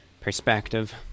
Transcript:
perspective